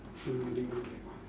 mm then won't get